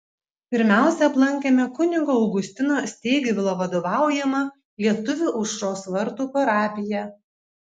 pirmiausia aplankėme kunigo augustino steigvilo vadovaujamą lietuvių aušros vartų parapiją